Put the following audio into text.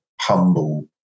humble